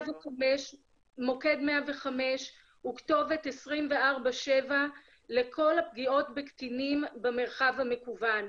מוקד 105 הוא כתובת 24/7 לכל הפגיעות בקטינים במרחב המקוון.